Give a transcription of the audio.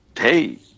hey